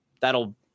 that'll